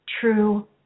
true